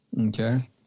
okay